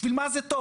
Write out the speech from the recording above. בשביל מה זה טוב?